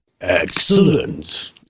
Excellent